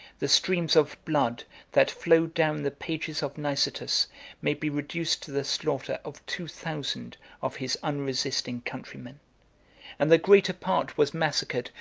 the streams of blood that flowed down the pages of nicetas may be reduced to the slaughter of two thousand of his unresisting countrymen and the greater part was massacred,